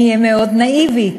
אני אהיה מאוד נאיבית,